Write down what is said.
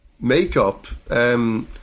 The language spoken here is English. makeup